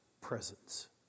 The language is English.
presence